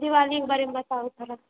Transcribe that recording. दिवालीके बारेमे बताउ थोड़ा